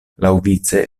laŭvice